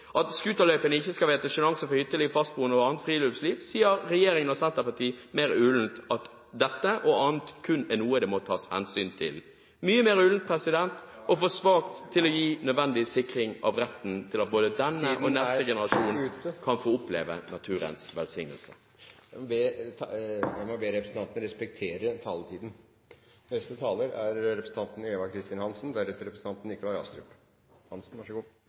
at scooterløypene ikke skal være til sjenanse for fastboende, hytteliv og annet friluftsliv, sier regjeringspartiene og Senterpartiet mer ullent at dette og annet kun er noe det må tas hensyn til. Det er mye mer ullent og for svakt til å gi nødvendig sikring av retten for både denne og neste generasjon til å få oppleve naturens velsignelse. Jeg må be representanten om å respektere taletiden. I Norge har vi en fantastisk natur som folk er